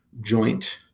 joint